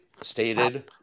stated